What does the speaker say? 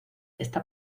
esta